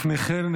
לפני כן,